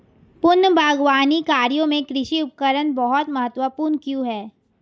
पूर्व बागवानी कार्यों में कृषि उपकरण बहुत महत्वपूर्ण क्यों है?